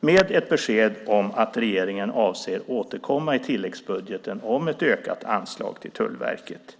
med ett besked om att regeringen avser att återkomma i tilläggsbudgeten om ett ökat anslag till Tullverket.